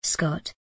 Scott